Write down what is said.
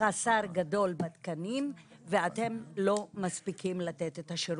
חסר גדול בתקנים, ואתם לא מספיקים לתת את השירות.